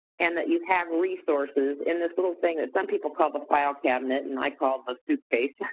and that you have resources in this little thing that some people call the file cabinet and i call the suitcase,